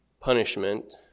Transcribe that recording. punishment